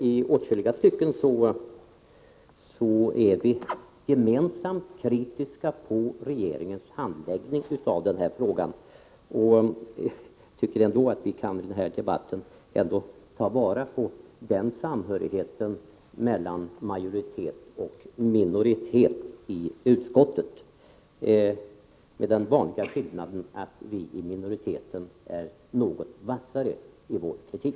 I åtskilliga stycken är vi alltså gemensamt kritiska mot regeringens handläggning av frågan. Jag tycker att vi under debatten kanske ändå kunde ta fasta på den samhörigheten mellan majoritet och minoritet i utskottet, även om här finns den vanliga skillnaden att vi i minoriteten är något vassare i vår kritik.